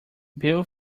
bill